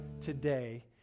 today